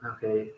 Okay